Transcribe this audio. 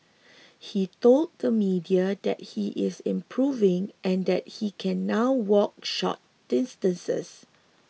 he told the media that he is improving and that he can now walk short distances